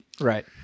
Right